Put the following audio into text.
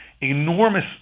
enormous